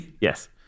Yes